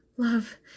Love